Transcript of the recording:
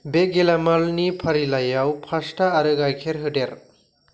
बे गेलामालनि फारिलाइयाव पास्टा आरो गायखेर होदेर